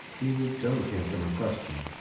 you don't answer my question.